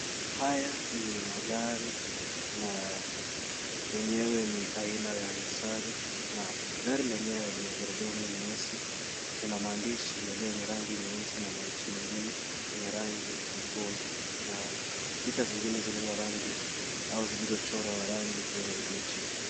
Haya ni magari tunaa, yenyewe ni aina ya Nissan, na gari lenyewe lenye gurudumu nyeusi, yana maandishi yaliyo yenye rangi nyeupe na maandishi mengine yenye rangi nyekundu. Na picha zingine zilizo za rangi au zilizo chorwa rangi ya kijani kibichi.